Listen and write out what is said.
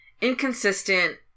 inconsistent